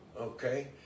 okay